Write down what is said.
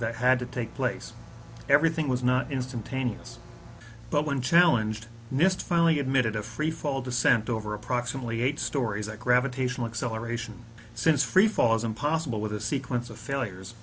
that had to take place everything was not instantaneous but when challenged nist finally admitted a freefall descent over approximately eight stories that gravitational acceleration since freefall isn't possible with a sequence of failures